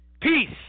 Peace